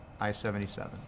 I-77